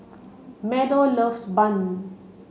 Meadow loves bun